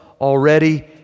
already